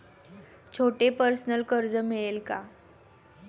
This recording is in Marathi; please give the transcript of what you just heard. छोटे पर्सनल कर्ज मिळेल का?